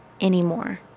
anymore